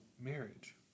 marriage